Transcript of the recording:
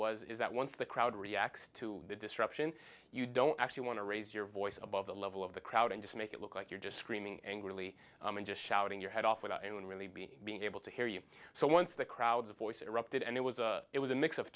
was is that once the crowd reacts to the disruption you don't actually want to raise your voice above the level of the crowd and just make it look like you're just screaming angrily and just shouting your head off without anyone really being being able to hear you so once the crowds a voice erupted and it was a it was a mix of